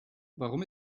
warum